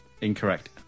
Incorrect